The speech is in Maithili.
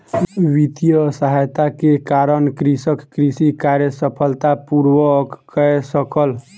वित्तीय सहायता के कारण कृषक कृषि कार्य सफलता पूर्वक कय सकल